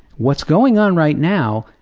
what's going on right now,